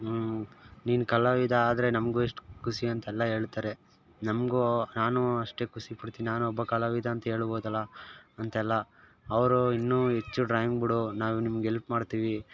ನೀನ್ ಕಲಾವಿದ ಆದರೆ ನಮಗೂ ಎಷ್ಟು ಖುಷಿ ಅಂತೆಲ್ಲ ಹೇಳ್ತಾರೆ ನಮಗೂ ನಾನು ಅಷ್ಟೇ ಖುಷಿ ಪಡ್ತೀನಿ ನಾನು ಒಬ್ಬ ಕಲಾವಿದ ಅಂತ ಹೇಳ್ಬೋದಲ್ಲ ಅಂತೆಲ್ಲ ಅವರು ಇನ್ನೂ ಹೆಚ್ಚು ಡ್ರಾಯಿಂಗ್ ಬಿಡು ನಾವು ನಿಮ್ಗೆ ಹೆಲ್ಪ್ ಮಾಡ್ತೀವಿ